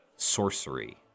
Sorcery